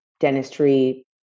dentistry